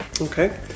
Okay